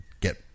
get